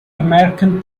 american